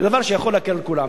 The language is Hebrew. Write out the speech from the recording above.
זה דבר שיכול להקל על כולם.